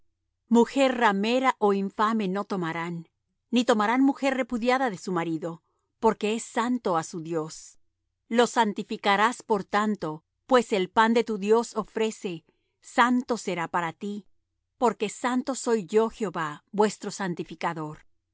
mujer ramera ó infame no tomarán ni tomarán mujer repudiada de su marido porque es santo á su dios lo santificarás por tanto pues el pan de tu dios ofrece santo será para ti porque santo soy yo jehová vuestro santificador